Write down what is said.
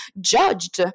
judged